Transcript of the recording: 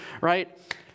right